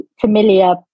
familiar